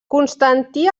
constantí